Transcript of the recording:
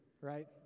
right